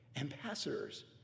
Ambassadors